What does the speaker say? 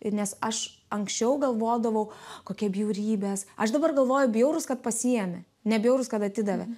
ir nes aš anksčiau galvodavau kokie bjaurybės aš dabar galvoju bjaurūs kad pasiėmė ne bjaurūs kad atidavė